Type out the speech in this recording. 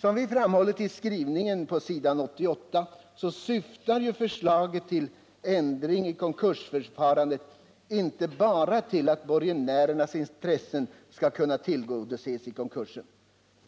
Som vi framhållit i vår skrivning på s. 88 syftar förslaget till ändring i konkursförfarandet inte bara till att borgenärernas intressen skall kunna tillgodoses i konkursen